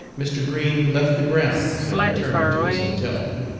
mr. green left the grounds and returned to his hotel.